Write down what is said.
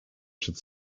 should